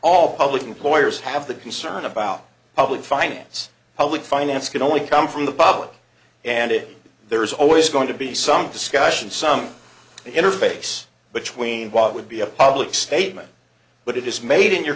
all public employers have the concern about public finance public finance can only come from the public and it there is always going to be some discussion some interface between what would be a public statement but it is made in your